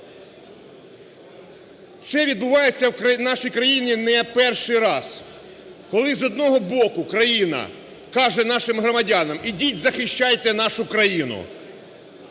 Це відбувається в нашій країні не перший раз. Коли, з одного боку, країна каже нашим громадянам: ідіть захищайте нашу країну.